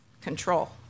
control